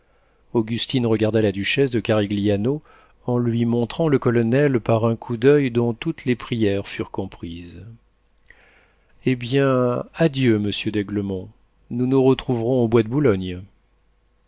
la duchesse de carigliano en lui montrant le colonel par un coup d'oeil dont toutes les prières furent comprises eh bien adieu monsieur d'aiglemont nous nous retrouverons au bois de boulogne